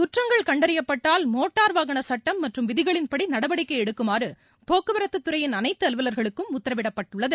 குற்றங்கள் கண்டறியப்பட்ால் மோட்டார் வாகன சுட்டம் மற்றும் விதிகளின்படி நடவடிக்கை எடுக்குமாறு போக்குவரத்துத்துறையின் அனைத்து அலுவலர்களுக்கும் உத்தரவிடப்பட்டுள்ளது